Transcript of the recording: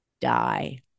die